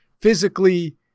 physically